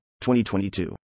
2022